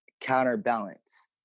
counterbalance